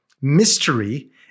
mystery